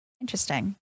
Interesting